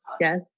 Yes